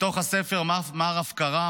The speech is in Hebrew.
מתוך הספר "מר הפקרה,